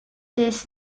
this